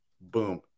Boom